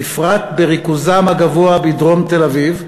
בפרט בריכוזם הגבוה בדרום תל-אביב,